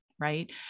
right